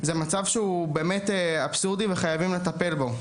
זה מצב אבסורדי וצריך לטפל בו.